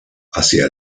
hacia